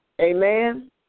amen